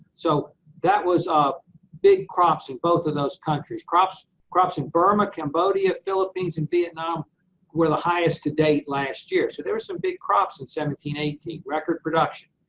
so that was um big crops in both of those countries. crops crops in burma, cambodia, philippines, and vietnam were the highest to date last year. so there was some big crops in seventeen eighteen record production.